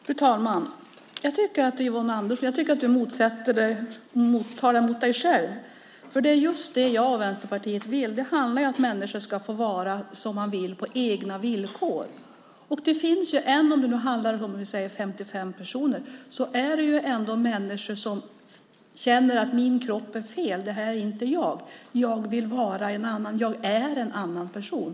Fru talman! Jag tycker att Yvonne Andersson talar mot sig själv. Det är just detta som jag och Vänsterpartiet vill; det handlar om att människor ska få vara som de vill på egna villkor. Även om det bara handlar om 55 personer är det ändå människor som känner så här: Min kropp är fel. Det här är inte jag. Jag vill vara en annan person, och jag är en annan person.